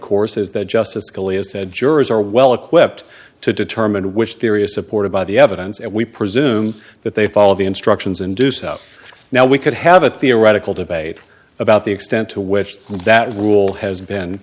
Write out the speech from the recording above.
course is that justice scalia said jurors are well equipped to determine which theory is supported by the evidence and we presume that they follow the instructions and do so now we could have a theoretical debate about the extent to which that rule has been